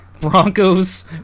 Broncos